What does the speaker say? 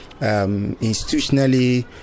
Institutionally